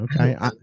okay